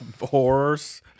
Horrors